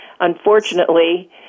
Unfortunately